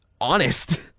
honest